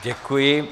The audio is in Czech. Děkuji.